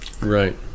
Right